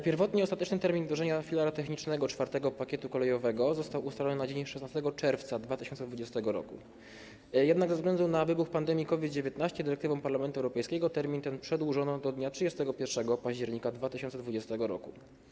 Pierwotnie ostateczny termin wdrożenia filara technicznego IV pakietu kolejowego został ustalony na dzień 16 czerwca 2020 r., jednak ze względu na wybuch pandemii COVID-19 dyrektywą Parlamentu Europejskiego termin ten przedłużono do dnia 31 października 2020 r.